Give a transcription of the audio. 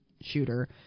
shooter